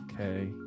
okay